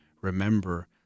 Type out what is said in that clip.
remember